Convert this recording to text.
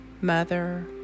mother